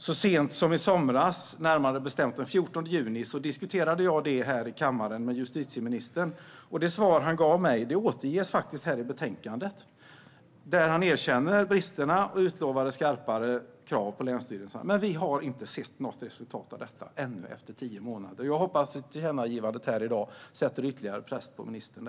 Så sent som i somras, närmare bestämt den 14 juni, diskuterade jag detta här i kammaren med justitieministern, och det svar han gav mig återges faktiskt i betänkandet. Han erkände bristerna och utlovade skarpare krav på länsstyrelserna. Men vi har inte sett något resultat av detta ännu efter tio månader. Jag hoppas att tillkännagivandet här i dag sätter ytterligare press på ministern.